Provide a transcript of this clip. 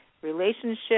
Relationship